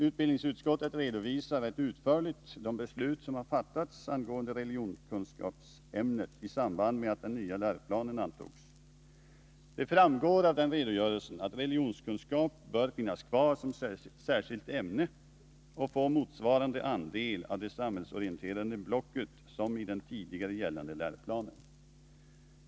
Utbildningsutskottet redovisar rätt utförligt de beslut som fattats angående religionskunskapsämnet i samband med att den nya läroplanen antogs. Det framgår av denna redogörelse att religionskunskap bör finnas kvar som särskilt ämne och få motsvarande andel av det samhällsorienterade blocket som i den tidigare gällande läroplanen.